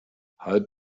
halb